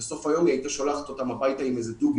בסוף היום היא הייתה שולחת אותם הביתה עם איזה דובי